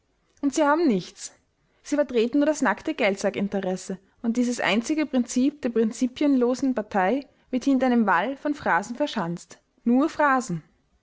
und sie haben nichts sie vertreten nur das nackte geldsackinteresse und dieses einzige prinzip der prinzipienlosen partei wird hinter einem wall von phrasen verschanzt nur phrasen